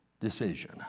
decision